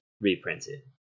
reprinted